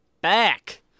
back